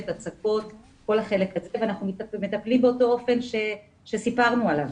ואנחנו מטפלים באותו אופן שסיפרנו עליו.